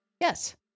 Yes